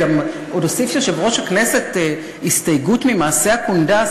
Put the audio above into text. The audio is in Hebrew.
עוד הוסיף יושב-ראש הכנסת הסתייגות ממעשה הקונדס.